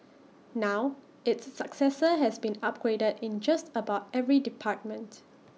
now its successor has been upgraded in just about every department